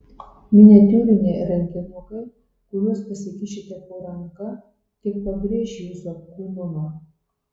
miniatiūriniai rankinukai kuriuos pasikišite po ranka tik pabrėš jūsų apkūnumą